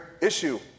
issue